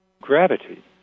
gravity